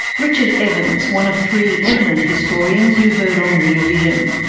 richard evans, one of three eminent historians you heard on rear vision.